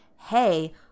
Hey